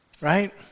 Right